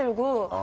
and go.